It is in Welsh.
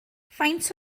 faint